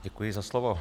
Děkuji za slovo.